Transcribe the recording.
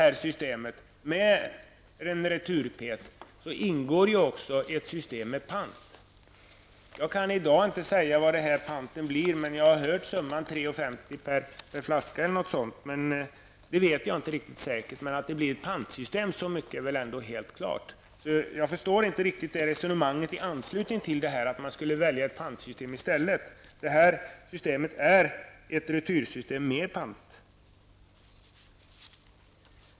I systemet med en retur-PET-flaska ingår också ett pantsystem. Jag kan i dag inte säga hur stor denna pant blir, men jag har hört summan 3:50 kr. per flaska eller något liknande, men jag vet inte säkert. Men så mycket är väl ändå helt klart att det blir fråga om ett pantsystem. Jag förstår inte riktigt resonemanget att man skulle välja ett pantsystem i stället. Detta system är ett retursystem med pant.